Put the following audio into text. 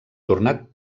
tornat